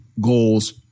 goals